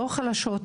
לא חלשות,